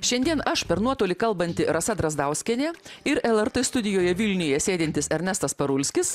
šiandien aš per nuotolį kalbanti rasa drazdauskienė ir lrt studijoje vilniuje sėdintis ernestas parulskis